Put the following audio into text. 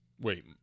Wait